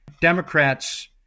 Democrats